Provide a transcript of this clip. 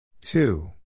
Two